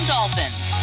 Dolphins